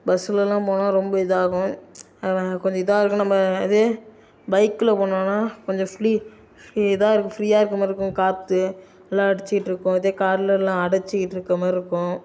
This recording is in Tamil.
பஸ்ஸிலலாம் போனால் ரொம்ப இதாகும் அது வேற கொஞ்சம் இதாகருக்கும் நம்ம இதே பைக்ல போனோம்னா கொஞ்சம் ஃப்ளீ இதாக ஃப்ரீயாக இருக்கிற மாதிரி இருக்கும் காற்று நல்லா அடிச்சிகிட்டு இருக்கும் இதே கார்லலாம் அடைச்சிக்கிட்டு இருக்க மாதிரி இருக்கும்